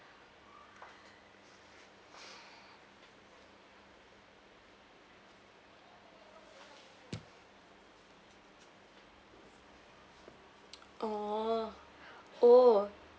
orh oh